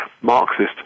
Marxist